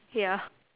ya